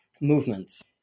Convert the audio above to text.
movements